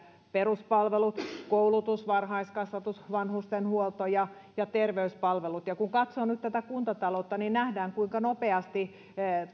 peruspalvelut koulutus varhaiskasvatus vanhustenhuolto ja ja terveyspalvelut kun katsotaan nyt kuntataloutta niin nähdään kuinka nopeasti